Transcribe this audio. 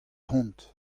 hont